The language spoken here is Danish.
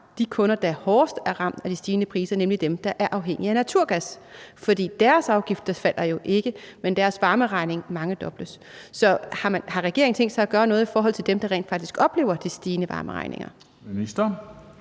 de kunder, der er hårdest ramt af de stigende priser, nemlig dem, der er afhængige af naturgas. For deres afgifter falder jo ikke, men deres varmeregning mangedobles. Så har regeringen tænkt sig at gøre noget i forhold til dem, der rent faktisk oplever de stigende varmeregninger? Kl.